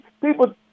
people